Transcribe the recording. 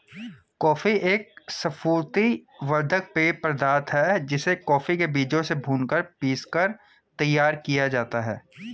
coffee एक स्फूर्ति वर्धक पेय पदार्थ है जिसे कॉफी के बीजों से भूनकर पीसकर तैयार किया जाता है